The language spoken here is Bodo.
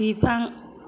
बिफां